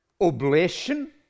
Oblation